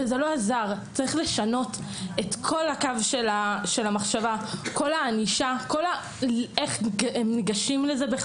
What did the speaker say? צריך לשנות את קו המחשבה איך ניגשים לזה,